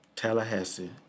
Tallahassee